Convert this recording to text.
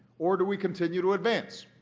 or do we continue to advance,